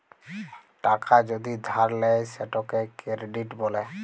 টাকা যদি ধার লেয় সেটকে কেরডিট ব্যলে